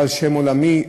בעל שם עולמי,